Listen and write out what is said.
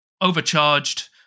overcharged